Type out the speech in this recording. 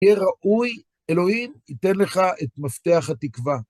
תהיה ראוי, אלוהים ייתן לך את מפתח התקווה.